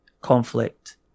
conflict